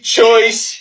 choice